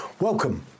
Welcome